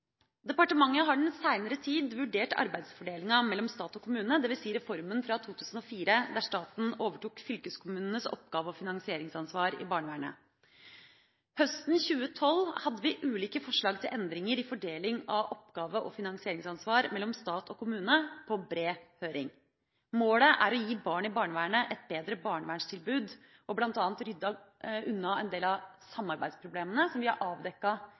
Departementet har den senere tid vurdert arbeidsfordelinga mellom stat og kommune, dvs. reformen fra 2004, da staten overtok fylkeskommunenes oppgaver og finansieringsansvar i barnevernet. Høsten 2012 hadde vi ulike forslag til endringer i fordeling av oppgave- og finansieringsansvar mellom stat og kommune på bred høring. Målet er å gi barn i barnevernet et bedre barnevernstilbud og bl.a. få ryddet unna en del av samarbeidsproblemene som vi har